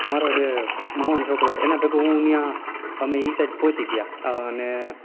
મારો જે મામાનો છોકરો એના ભેગો હું ત્યાં અમે એ સાઈડ પહોંચી ગયા અને